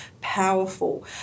powerful